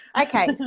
Okay